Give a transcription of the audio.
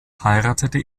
heiratete